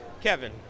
Kevin